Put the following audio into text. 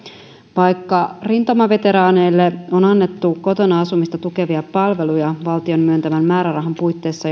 vaikka rintamaveteraaneille on annettu kotona asumista tukevia palveluja valtion myöntämän määrärahan puitteissa